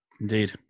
Indeed